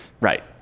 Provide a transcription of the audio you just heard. Right